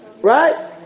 Right